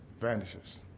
vanishes